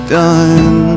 done